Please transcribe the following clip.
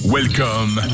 Welcome